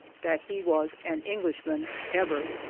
that he was an englishman ever!